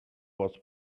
was